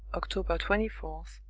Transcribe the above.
october twenty fourth.